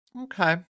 Okay